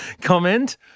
comment